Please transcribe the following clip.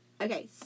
okay